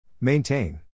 Maintain